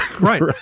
Right